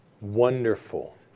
wonderful